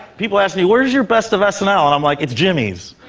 people ask me where's your best of snl, and i'm like, it's jimmy's